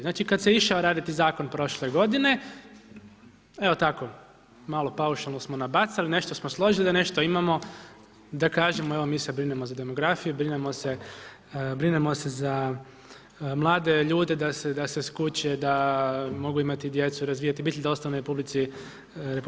Znači kada se išao raditi zakon prošle godine evo tako malo paušalno smo nabacali, nešto smo složili da nešto imamo da kažemo evo mi se brinemo za demografiju, brinemo se za mlade ljude da se skuće da mogu imati djecu, razvijati u biti da ostane u RH.